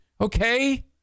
Okay